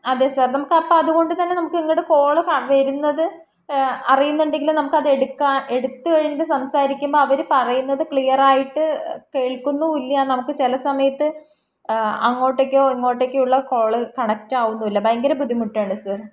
അതെ സർ നമുക്ക് അപ്പോൾ അതുകൊണ്ടുതന്നെ നമുക്ക് ഇങ്ങോട്ട് കോള് വരുന്നത് അറിയുന്നുണ്ടെങ്കിലും നമുക്കത് എടുക്കാൻ എടുത്ത് കഴിഞ്ഞിട്ട് സംസാരിക്കുമ്പോൾ അവർ പറയുന്നത് ക്ലിയറായിട്ട് കേൾക്കുന്നും ഇല്ല നമുക്ക് ചില സമയത്ത് അങ്ങോട്ടേക്കോ ഇങ്ങോട്ടേക്കുള്ള കോള് കണക്റ്റ് ആവുന്നും ഇല്ല ഭയങ്കര ബുദ്ധിമുട്ടാണ് സർ